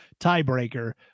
tiebreaker